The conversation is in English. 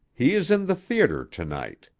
he is in the theater to-night.